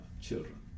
children